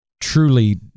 truly